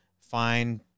find